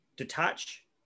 detach